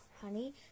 honey